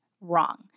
wrong